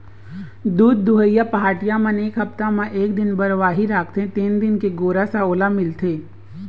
दूद दुहइया पहाटिया मन हप्ता म एक दिन बरवाही राखते तेने दिन के गोरस ह ओला मिलथे